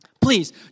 please